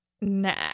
Nah